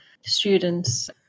students